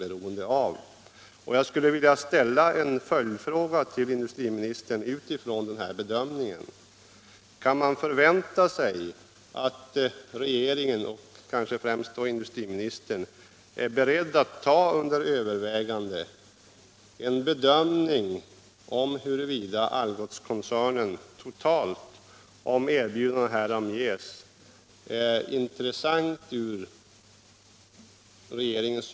Med utgångspunkt i denna grundsyn skulle jag vilja ställa en följdfråga till industriministern: Är regeringen och kanske främst industriministern beredd att ta under övervägande ett överförande i statlig ägo av Algots Nord om erbjudande härom ges?